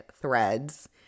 threads